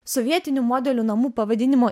sovietinių modelių namų pavadinimo